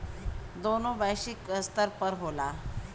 दोनों वैश्विक स्तर पर होला